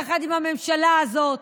יחד עם הממשלה הזאת,